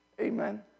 Amen